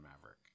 Maverick